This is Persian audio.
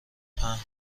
پهن